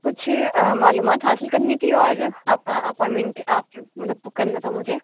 کچھ معلومات حاصل کرنی تھی اور اپائنمنٹ آپ کے مطلب بک کرنا تھا مجھے